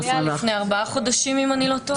לפני ארבעה חודשים, אם אני לא טועה.